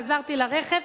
חזרתי לרכב